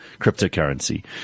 cryptocurrency